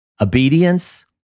Obedience